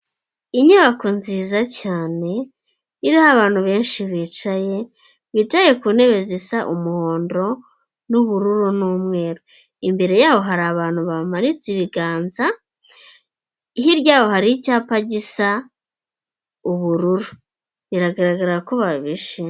Inyubako nziza cyane iriho abantu benshi bicaye bicaye ku ntebe zisa umuhondo n'ubururu n'umweru, imbere yabo hari abantu bamanitse ibiganza, hirya yaho hari icyapa gisa ubururu biragaragara ko bishimye.